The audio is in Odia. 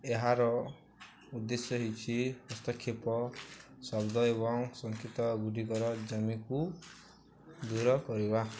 ଏହାର ଉଦ୍ଦେଶ୍ୟ ହେଉଛି ହସ୍ତକ୍ଷେପ ଶବ୍ଦ ଏବଂ ସଙ୍କେତଗୁଡ଼ିକର ଜମିକୁ ଦୂର କରିବା